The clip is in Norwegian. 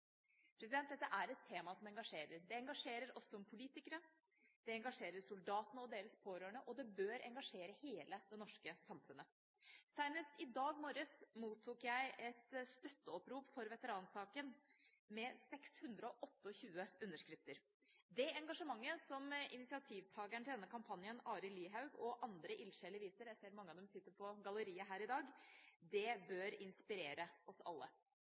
Dette er et tema som engasjerer. Det engasjerer oss som politikere, det engasjerer soldatene og deres pårørende, og det bør engasjere hele det norske samfunnet. Senest i dag morges mottok jeg et støtteopprop for veteransaken med 628 underskrifter. Det engasjementet som initiativtakeren til denne kampanjen, Arild Lihaug, og andre ildsjeler viser – jeg ser at mange av dem sitter på galleriet her i dag – bør inspirere oss alle.